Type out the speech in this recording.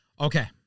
Okay